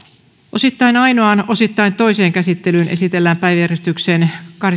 osittain ainoaan osittain toiseen käsittelyyn esitellään päiväjärjestyksen